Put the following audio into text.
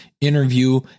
interview